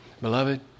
Beloved